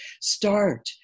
start